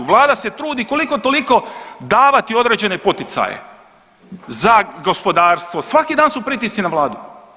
Vlada se trudi koliko toliko davati određene poticaje za gospodarstvo, svaki dan su pritisci na vladu.